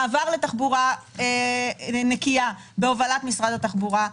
מעבר לתחבורה נקייה בהובלת משרד התחבורה,